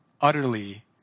utterly